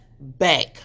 back